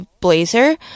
blazer